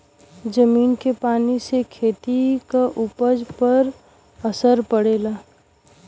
जमीन के पानी से खेती क उपज पर असर पड़ेला